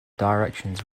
directions